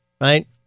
right